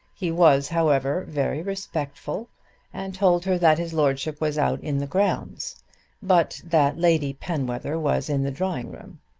he was, however, very respectful and told her that his lordship was out in the grounds but that lady penwether was in the drawing-room.